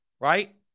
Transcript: right